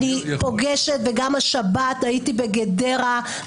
השבת הייתי בגדרה,